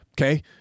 Okay